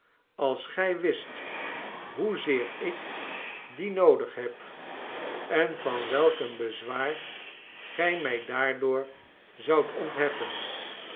als gij wist hoezeer ik die noodig heb en van welk een bezwaar gij mij daardoor zoudt ontheffen